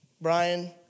Brian